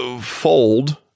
fold